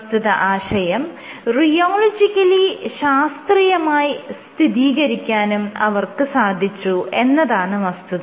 പ്രസ്തുത ആശയം റിയോളജിക്കലി ശാസ്ത്രീയമായി സ്ഥിരീകരിക്കാനും അവർക്ക് സാധിച്ചു എന്നതാണ് വസ്തുത